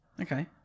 Okay